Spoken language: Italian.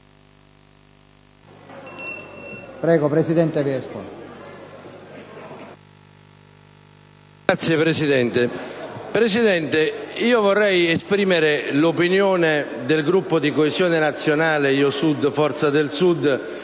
Presidente, vorrei esprimere l'opinione del Gruppo di Coesione Nazionale-Io Sud-Forza del Sud